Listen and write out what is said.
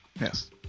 Yes